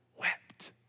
wept